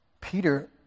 Peter